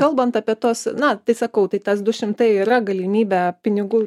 kalbant apie tuos na tai sakau tai tas du šimtai yra galimybė pinigų